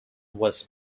was